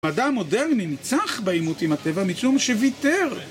המדע המודרני ניצח בעימות עם הטבע משום שוויתר